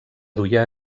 duia